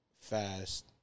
fast